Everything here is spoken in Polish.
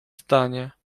zdanie